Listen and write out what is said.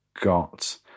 got